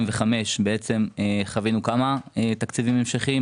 מ-2005 חווינו כמה תקציבים המשכיים.